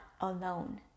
alone